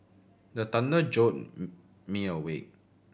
the thunder jolt me awake